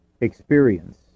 experience